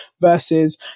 versus